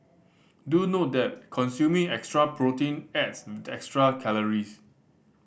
do note that consuming extra protein adds extra calories